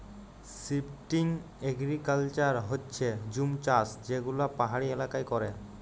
shifting agriculture হচ্যে জুম চাষ যে গুলা পাহাড়ি এলাকায় ক্যরে